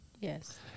Yes